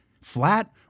flat